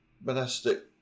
monastic